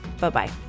Bye-bye